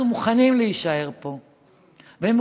אנחנו מוכנים להישאר פה ומוכנים,